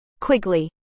Quigley